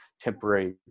temporary